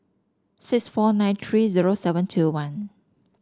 six four nine three zero seven two one